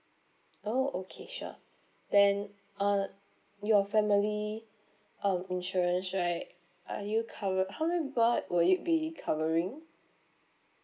oh okay sure then uh your family um insurance right are you cove~ how many will it be covering